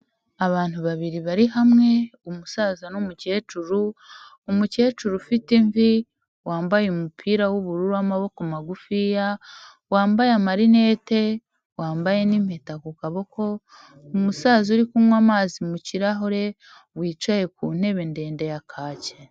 Abantu babiri bari hamwe umusaza n'umukecuru, umukecuru ufite imvi wambaye umupira w'ubururu w'amaboko magufiya, wambaye amarinete, wambaye n'impeta ku kaboko, umusaza uri kunywa amazi mu kirahure wicaye ku ntebe ndende ya kaki.